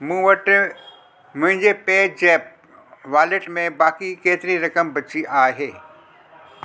मूं वटि मुंहिंजे पे ज़ेप्प वॉलेट में बाक़ी केतिरी रक़म बची आहे